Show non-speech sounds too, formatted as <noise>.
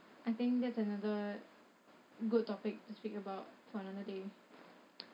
I think that's another good topic to speak about for another day <noise>